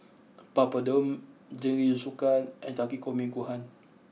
Papadum Jingisukan and Takikomi Gohan